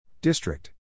District